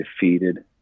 defeated